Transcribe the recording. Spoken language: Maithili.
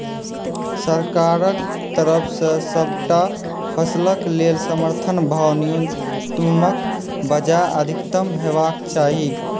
सरकारक तरफ सॅ सबटा फसलक लेल समर्थन भाव न्यूनतमक बजाय अधिकतम हेवाक चाही?